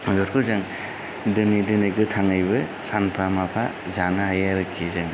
बेफोरखौ जों दिनै दिनै गोथाङैबो सानफा माफा जानो हायो आरोखि जों